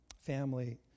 family